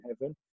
heaven